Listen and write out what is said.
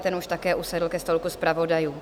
Ten už také usedl ke stolku zpravodajů.